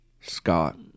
Scott